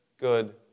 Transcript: good